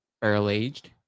Barrel-Aged